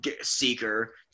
seeker